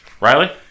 Riley